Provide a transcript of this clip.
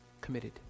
committed